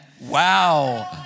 Wow